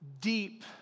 deep